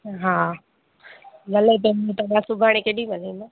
हा भले त तव्हां सुभाणे केॾी महिल ईंदा